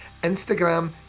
Instagram